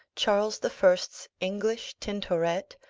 charles the first's english tintoret,